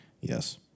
Yes